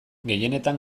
gehienetan